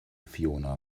fiona